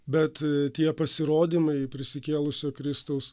bet tie pasirodymai prisikėlusio kristaus